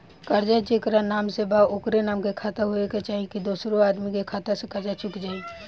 कर्जा जेकरा नाम से बा ओकरे नाम के खाता होए के चाही की दोस्रो आदमी के खाता से कर्जा चुक जाइ?